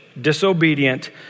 disobedient